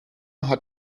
hat